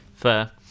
fair